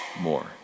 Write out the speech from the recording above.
more